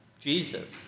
Jesus